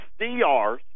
SDRs